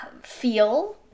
feel